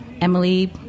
Emily